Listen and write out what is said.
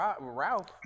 Ralph